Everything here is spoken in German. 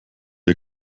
ihr